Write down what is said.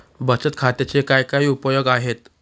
बचत खात्याचे काय काय उपयोग आहेत?